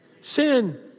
sin